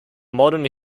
modern